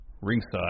ringside